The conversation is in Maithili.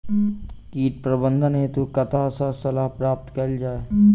कीट प्रबंधन हेतु कतह सऽ सलाह प्राप्त कैल जाय?